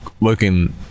looking